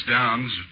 Downs